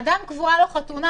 אדם נקבעה לו חתונה,